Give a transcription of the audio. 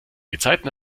gezeiten